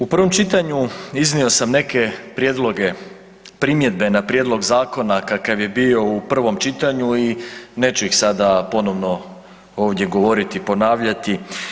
U prvom čitanju iznio sam neke prijedloge, primjedbe na prijedlog zakona kakav je bio u prvom čitanju i neću ih sada ponovno ovdje govoriti i ponavljati.